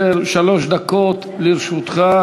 שלהן שוקי הון